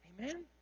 Amen